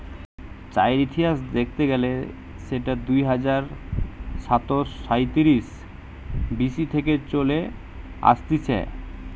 চায়ের ইতিহাস দেখতে গেলে সেটা দুই হাজার সাতশ সাইতিরিশ বি.সি থেকে চলে আসতিছে